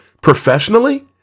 professionally